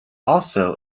also